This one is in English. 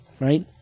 right